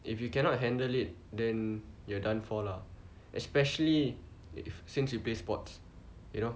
if you cannot handle it then you're done for lah especially if since you play sports you know